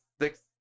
six